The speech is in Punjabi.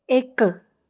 ਇੱਕ